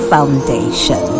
Foundation